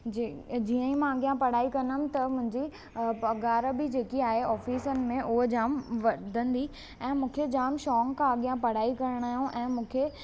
जी जीअं मां अॻियां पढ़ाई कंदमि त मुंहिंजी पघार बि जेकी आहे ऑफिसनि में उहा जामु वधंदी ऐं मूंखे जामु शौक़ु आहे अॻियां पढ़ाई करण जो ऐं मूंखे